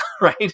Right